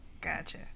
gotcha